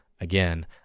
again